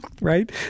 right